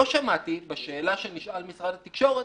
לא שמעתי בשאלה שנשאל משרד התקשורת